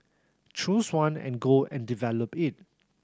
choose one and go and develop it